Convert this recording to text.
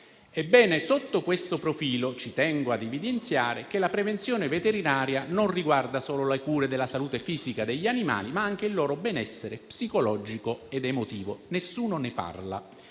Ebbene, sotto questo profilo tengo ad evidenziare che la prevenzione veterinaria non riguarda solo la cura della salute fisica degli animali, ma anche il loro benessere psicologico ed emotivo. Nessuno ne parla,